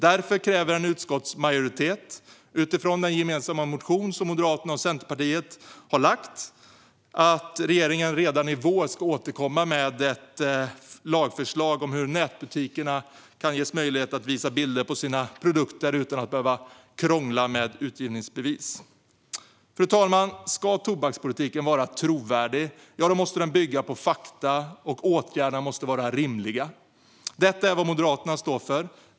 Därför kräver en utskottsmajoritet, utifrån den gemensamma motionen från Moderaterna och Centern, att regeringen redan i vår ska återkomma med ett lagförslag om hur nätbutikerna kan ges möjlighet att visa bilder på sina produkter utan att behöva krångla med utgivningsbevis. Fru talman! Ska tobakspolitiken vara trovärdig måste den bygga på fakta, och åtgärderna måste vara rimliga. Detta är vad Moderaterna står för.